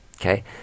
okay